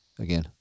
again